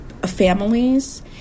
Families